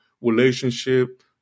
relationship